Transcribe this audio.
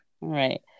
right